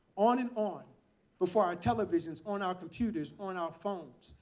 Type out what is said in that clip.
on and on before our televisions, on our computers, on our phones.